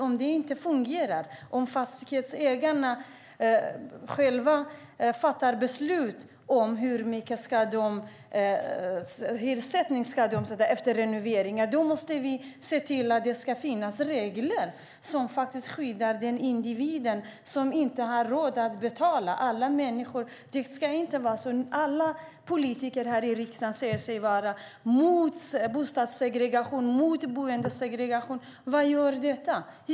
Om det inte fungerar och om fastighetsägarna själva fattar beslut om hur de ska hyressätta efter renoveringar måste vi se till att det finns regler som skyddar den individ som inte har råd att betala. Alla politiker här i riksdagen säger sig vara mot boendesegregation. Vad gör detta?